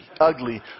ugly